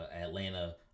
Atlanta